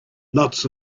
lots